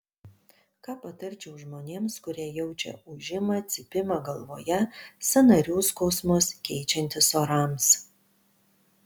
ką patarčiau žmonėms kurie jaučia ūžimą cypimą galvoje sąnarių skausmus keičiantis orams